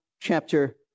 chapter